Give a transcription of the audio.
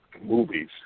movies